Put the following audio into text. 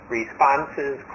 responses